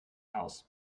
aus